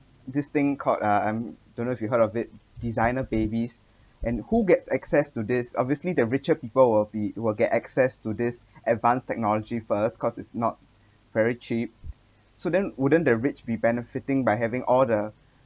this thing called uh I'm don't know if you heard of it designer babies and who gets access to this obviously the richer people will be will get access to this advanced technology first cause it's not very cheap so then wouldn't the rich be benefiting by having all the